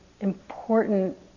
important